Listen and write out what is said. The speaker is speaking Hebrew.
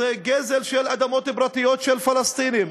זה גזל של אדמות פרטיות של פלסטינים.